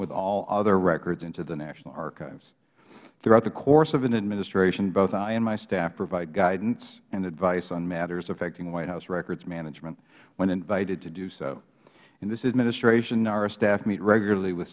with all other records into the national archives throughout the course of an administration both i and my staff provide guidance and advice on matters affecting white house records management when invited to do so in this administration nara staff meet regularly with